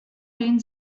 den